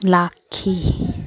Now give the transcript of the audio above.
ꯂꯥꯛꯈꯤ